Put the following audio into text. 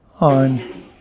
on